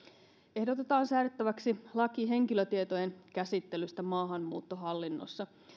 ehdotetaan säädettäväksi laki henkilötietojen käsittelystä maahanmuuttohallinnossa